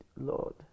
Lord